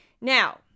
Now